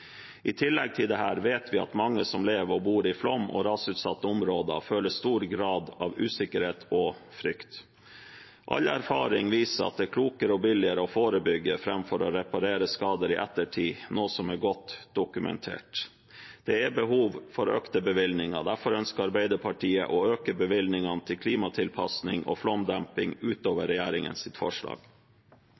I tillegg til dette vet vi at mange som lever og bor i flom- og rasutsatte områder, føler stor grad av usikkerhet og frykt. All erfaring viser at det er klokere og billigere å forebygge framfor å reparere skader i ettertid, noe som er godt dokumentert. Det er behov for økte bevilgninger. Derfor ønsker Arbeiderpartiet å øke bevilgningene til klimatilpasning og flomdemping utover regjeringens forslag.